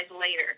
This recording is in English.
later